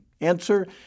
Answer